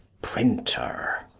printer.